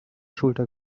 schulter